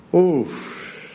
Oof